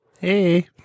Hey